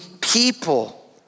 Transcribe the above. people